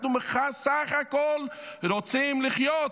אנחנו בסך הכול רוצים לחיות,